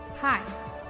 Hi